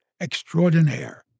extraordinaire